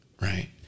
right